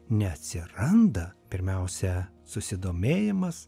neatsiranda pirmiausia susidomėjimas